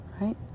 right